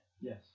Yes